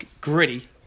gritty